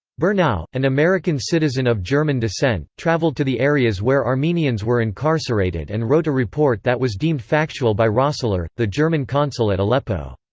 bernau, an american citizen of german descent, traveled to the areas where armenians were incarcerated and wrote a report that was deemed factual by rossler, the german consul at aleppo.